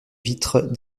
vitres